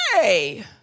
hey